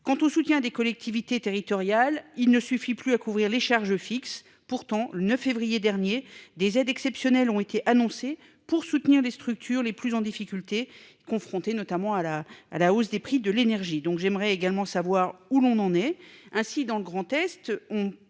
quant au soutien des collectivités territoriales. Il ne suffit plus à couvrir les charges fixes. Pourtant, le 9 février dernier des aides exceptionnelles ont été annoncées pour soutenir les structures les plus en difficulté confrontée notamment à la à la hausse des prix de l'énergie donc j'aimerais également savoir où l'on en est ainsi dans le Grand-Est, ont